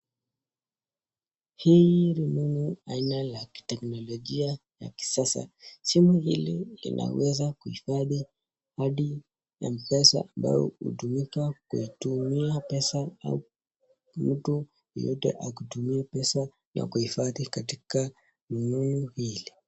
Hii ni aina la kiteknolojia ya kisasa, simu hili linaweza kuhifadhi hadi mpesa ambayo inaweza utumika kuitumia pesa au mtu yeyote akutumia pesa ya kuhifadhi katika rununu hili.